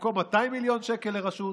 במקום 200 מיליון שקל לרשות,